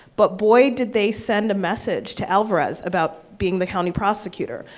but boy did they send a message to alvarez about being the county prosecutor.